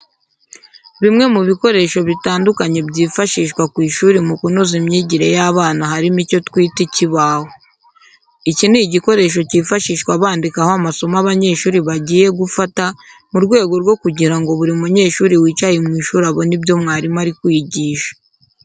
Bimwe mu bikoresho bitandukanye byifashishwa ku ishuri mu kunoza imyigire y'abana harimo icyo twita ikibaho. Iki ni igikoresho cyifashishwa bandikaho amasomo abanyeshuri bagiye gufata mu rwego rwo kugira ngo buri munyeshuri wicaye mu ishuri abone ibyo mwarimu ari kwigisha.